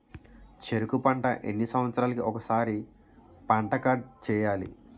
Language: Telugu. చెరుకు పంట ఎన్ని సంవత్సరాలకి ఒక్కసారి పంట కార్డ్ చెయ్యాలి?